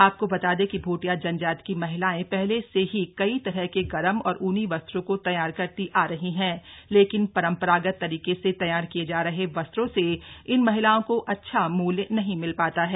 आपको बता दें कि भोटिया जनजाति की महिलाएं पहले से ही कई तरह के गरम और ऊनी वस्त्रों को तैयार करती आ रही हैं लेकिन परंपरागत तरीके से तैयार किए जा रहे वस्त्रों से इन महिलाओं को अच्छा मूल्य नहीं मिल पाता है